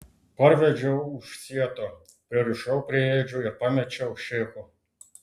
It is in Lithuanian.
parvedžiau už sieto pririšau prie ėdžių ir pamečiau šėko